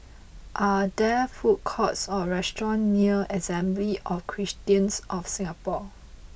are there food courts or restaurants near Assembly of Christians of Singapore